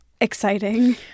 exciting